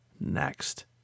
next